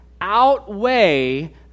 outweigh